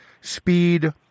speed